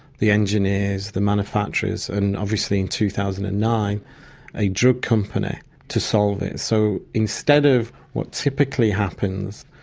the engineers, the manufacturers, and obviously in two thousand and nine a drug company to solve it. so instead of what typically happens,